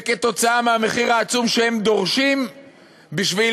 זה כתוצאה מהמחיר העצום שהם דורשים בשביל